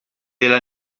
delle